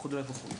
וכו'.